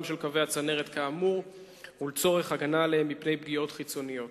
של קווי הצנרת כאמור ולצורך הגנה עליהם מפני פגיעות חיצוניות.